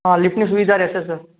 હા લિફટની સુવિધા રહેશે સર